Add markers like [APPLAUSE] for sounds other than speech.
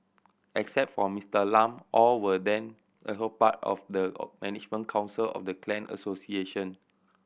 except for Mister Lam all were then [UNINTELLIGIBLE] part of the [UNINTELLIGIBLE] management council of the clan association